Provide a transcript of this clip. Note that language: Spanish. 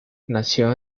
nació